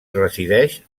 resideix